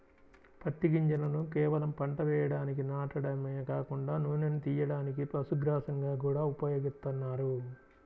పత్తి గింజలను కేవలం పంట వేయడానికి నాటడమే కాకుండా నూనెను తియ్యడానికి, పశుగ్రాసంగా గూడా ఉపయోగిత్తన్నారు